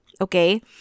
Okay